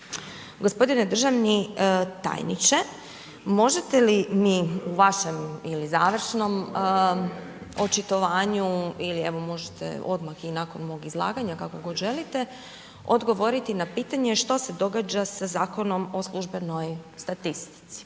Gospodine državni tajniče, možete li mi u vašem ili završnom očitovanju ili evo možete odmah i nakon mog izlaganja, kako god želite, odgovoriti na pitanje što se događa sa Zakonom o službenoj statistici.